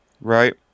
right